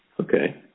Okay